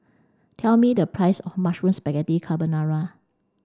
tell me the price of Mushroom Spaghetti Carbonara